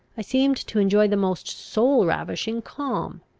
i seemed to enjoy the most soul-ravishing calm.